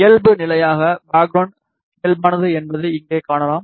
இயல்புநிலையாக background இயல்பானது என்பதை இங்கே காணலாம்